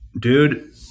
dude